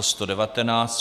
119.